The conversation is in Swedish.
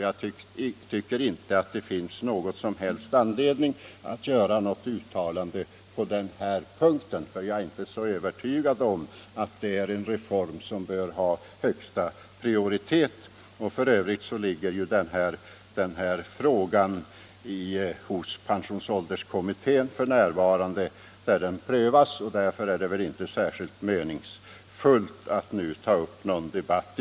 Jag tycker inte att det finns någon anledning att göra något uttalande på denna punkt. Jag är inte övertygad om att denna reform bör ha största prioritet. F. ö. prövas denna fråga f. n. hos pensionsålderskommittén. Det är därför inte särskilt meningsfullt att nu ta upp någon debatt.